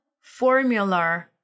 formula